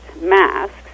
masks